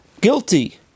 guilty